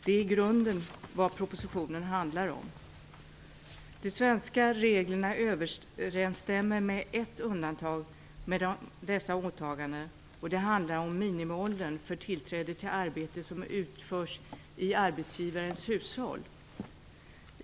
Det är i grunden vad propositionen handlar om. De svenska reglerna överensstämmer med dessa åtaganden, dock med ett undantag som handlar om minimiåldern för tillträde till arbete som utförs i arbetsgivarens hushåll.